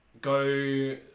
go